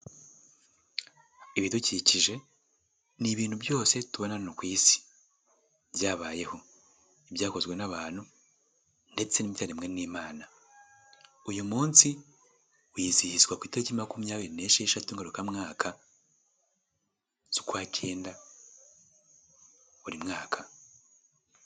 Ibidukikije ni ibintu byose tubona hano ku isi, byabayeho, ibyakozwe n'abantu ndetse n'ibyaremwe n'Imana, uyu munsi wizihizwa ku itariki makumyabiri n'esheshatu ngarukamwaka z'ukwa cyenda buri mwaka.